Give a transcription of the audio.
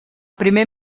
primer